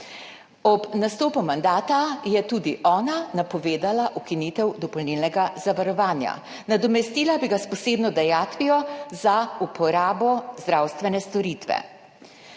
Ob nastopu mandata je tudi ona napovedala ukinitev dopolnilnega zavarovanja. Nadomestila bi ga s posebno dajatvijo za uporabo zdravstvene storitve.